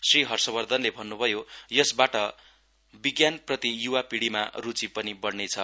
श्री हर्ष वधर्नले भन्न् भयो यसबाट विज्ञानप्रति य्वा पीढीमा रूचि पनि बढ़नेछ